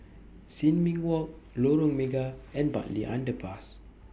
Sin Ming Walk Lorong Mega and Bartley Underpass